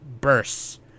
bursts